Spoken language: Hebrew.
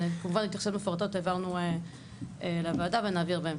וכמובן התייחסויות מפורטות העברנו לוועדה ונעביר בהמשך.